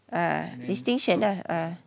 uh distinction lah uh